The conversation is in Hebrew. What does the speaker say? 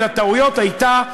ועוד אחת מן הטעויות הייתה,